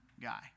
guy